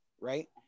right